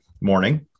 morning